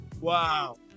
Wow